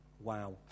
wow